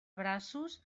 braços